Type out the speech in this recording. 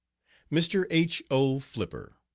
mr. h. o. flipper.